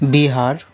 Bihar